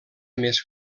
més